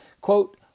quote